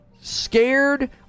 scared